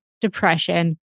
depression